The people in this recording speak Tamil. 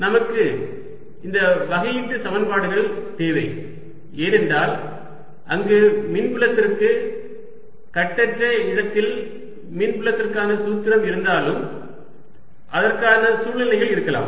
நமக்கு இந்த வகையீட்டு சமன்பாடுகள் தேவை ஏனென்றால் அங்கு மின்புலத்திற்கு கட்டற்ற இடத்தில் மின்புலத்திற்கான சூத்திரம் இருந்தாலும் அதற்கான சூழ்நிலைகள் இருக்கலாம்